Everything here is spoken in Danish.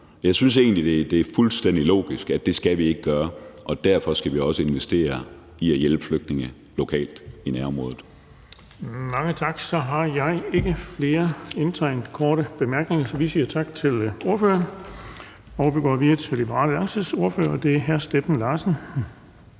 Jeg synes egentlig, det er fuldstændig logisk, at det skal vi ikke gøre, og at vi derfor også skal investere i at hjælpe flygtninge lokalt i nærområdet. Kl. 19:12 Den fg. formand (Erling Bonnesen): Mange tak. Så har jeg ikke flere indtegnet til korte bemærkninger, så vi siger tak til ordføreren. Vi går videre til Liberal Alliances ordfører, og det er hr. Steffen Larsen.